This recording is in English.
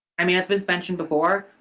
i mean, as was mentioned before,